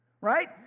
Right